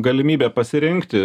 galimybė pasirinkti